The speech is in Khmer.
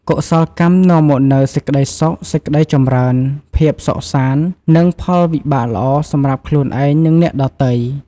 កុសលកម្មនាំមកនូវសេចក្តីសុខ សេចក្តីចម្រើន ភាពសុខសាន្ត និងផលវិបាកល្អសម្រាប់ខ្លួនឯង និងអ្នកដទៃ។